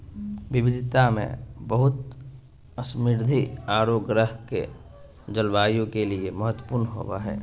विविधता में बहुत समृद्ध औरो ग्रह के जलवायु के लिए महत्वपूर्ण होबो हइ